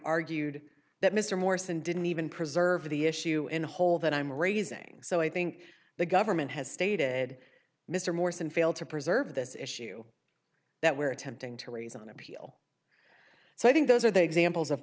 argued that mr morrison didn't even preserve the issue in the hole that i'm raising so i think the government has stated mr morse and failed to preserve this issue that we're attempting to raise on appeal so i think those are the examples of